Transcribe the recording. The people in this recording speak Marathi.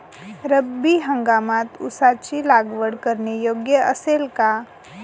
रब्बी हंगामात ऊसाची लागवड करणे योग्य असेल का?